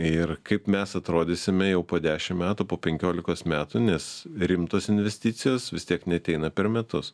ir kaip mes atrodysime jau po dešim metų po penkiolikos metų nes rimtos investicijos vis tiek neateina per metus